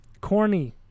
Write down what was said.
Corny